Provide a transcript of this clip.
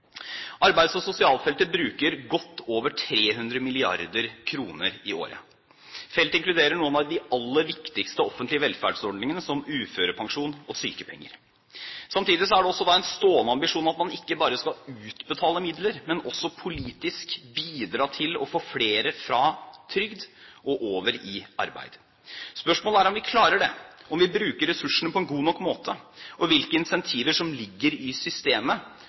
Arbeids- og sosialfeltet bruker godt over 300 mrd. kr i året. Feltet inkluderer noen av de aller viktigste offentlige velferdsordningene, som uførepensjon og sykepenger. Samtidig har man også en stående ambisjon om at man ikke bare skal utbetale midler, men også politisk bidra til å få flere fra trygd og over i arbeid. Spørsmålet er om vi klarer det, om vi bruker ressursene på en god nok måte, og hvilke incentiver som ligger i systemet